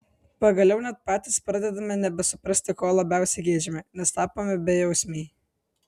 pagaliau net patys pradedame nebesuprasti ko labiausiai geidžiame nes tapome bejausmiai